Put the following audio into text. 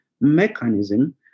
mechanism